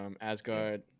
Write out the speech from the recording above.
Asgard